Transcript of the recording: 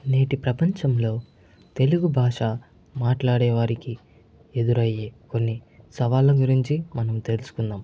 నేటి ప్రపంచంలో తెలుగు భాష మాట్లాడేవారికి ఎదురయ్యే కొన్ని సవాళ్ళ గురించి మనం తెలుసుకుందాం